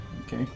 Okay